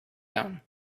down